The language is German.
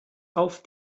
auf